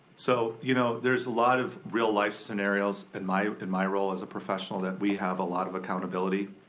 so, you know, there's a lot of real-life scenarios in my in my role as a professional, that we have a lot of accountability.